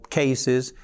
cases